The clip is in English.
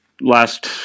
last